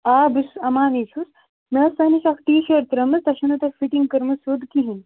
آ بہٕ چھُس اَمانٕے چھُس مےٚ ٲس تۄہہِ نِش اَکھ ٹی شٲرٹ ترٛٲمٕژ تۄہہِ چھُنہٕ تۄہہِ فِٹِنٛگ کٔرمٕژ سیٚود کِہیٖنۍ نہٕ